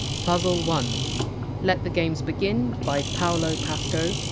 puzzle one let the games begin, by paolo pasco.